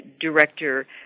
director